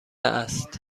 است